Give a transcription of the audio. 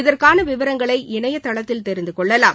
இதற்கான விவரங்களை இணையதளத்தில் தெரிந்து கொள்ளலாம்